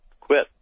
quit